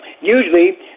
Usually